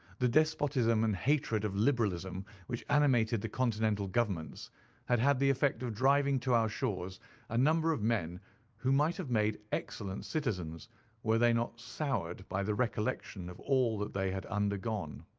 the despotism and hatred of liberalism which animated the continental governments had had the effect of driving to our shores a number of men who might have made excellent citizens were they not soured by the recollection of all that they had undergone.